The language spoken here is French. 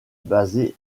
basée